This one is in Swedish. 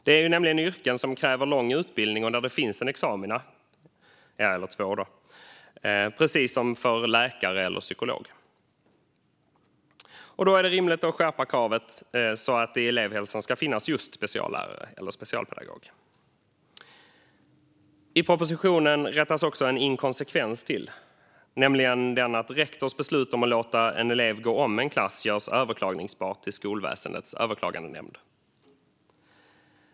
Det är nämligen yrken som kräver lång utbildning och där det finns examina, precis som för läkare eller psykolog. Då är det rimligt att skärpa kravet så att det i elevhälsan ska finnas just speciallärare eller specialpedagoger. I propositionen rättas också en inkonsekvens till, nämligen den att rektors beslut att låta en elev gå om en klass görs överklagbart till Skolväsendets överklagandenämnd.